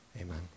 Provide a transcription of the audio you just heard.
amen